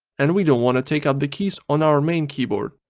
and we don't want to take up the keys on our main keyboard.